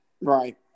Right